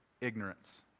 ignorance